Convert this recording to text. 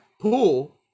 pool